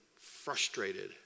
frustrated